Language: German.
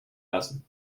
lassen